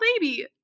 baby